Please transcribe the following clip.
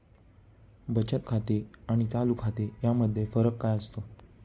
बचत खाते आणि चालू खाते यामध्ये फरक काय असतो?